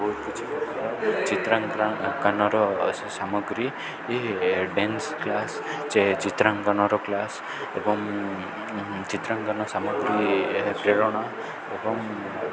ବହୁତ କିଛି ଚିତ୍ରାଙ୍କଙ୍କାନର ସାମଗ୍ରୀ ଡ଼୍ୟାନ୍ସ କ୍ଲାସ୍ ଯେ ଚିତ୍ରାଙ୍କନର କ୍ଲାସ୍ ଏବଂ ଚିତ୍ରାଙ୍କନ ସାମଗ୍ରୀ ପ୍ରେରଣା ଏବଂ